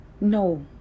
No